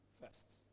first